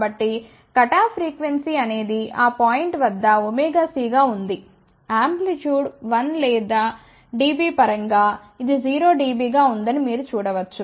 కాబట్టి cutoff frequency అనేది ఆ పాయింట్ వద్ద ωc గా ఉంది యాంప్లిట్సూడ్ 1 లేదా dB పరంగా ఇది 0 dB గా ఉంటుంది అని మీరు చూడవచ్చు